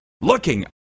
looking